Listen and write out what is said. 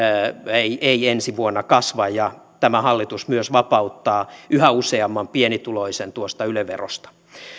ei ei ensi vuonna kasva ja tämä hallitus myös vapauttaa yhä useamman pienituloisen yle verosta